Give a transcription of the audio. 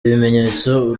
bimenyetso